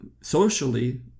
socially